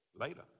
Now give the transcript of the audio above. later